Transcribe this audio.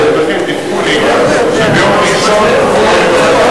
אדוני היושב-ראש,